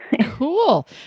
Cool